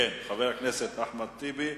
חבר הכנסת אחמד טיבי.